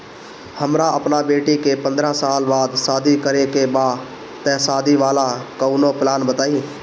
हमरा अपना बेटी के पंद्रह साल बाद शादी करे के बा त शादी वाला कऊनो प्लान बताई?